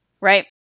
Right